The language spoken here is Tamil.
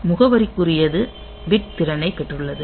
முகவரிக்குரியது பிட் திறனைப் பெற்றுள்ளன